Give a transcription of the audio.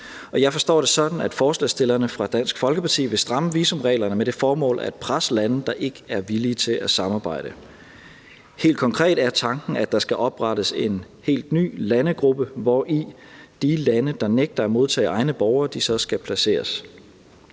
Jeg forstår det sådan, at forslagsstillerne fra Dansk Folkeparti vil stramme visumreglerne med det formål at presse lande, der ikke er villige til at samarbejde. Helt konkret er tanken, at der skal oprettes en helt ny landegruppe, hvori de lande, der nægter at modtage egne borgere, så skal placeres.